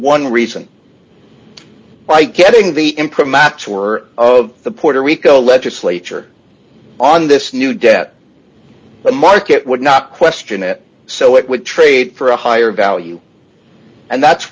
one reason by getting the imprimatur or of the puerto rico legislature on this new debt the market would not question it so it would trade for a higher value and that's